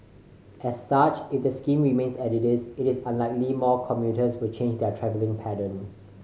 as such if the scheme remains as it is it is unlikely more commuters will change their travelling pattern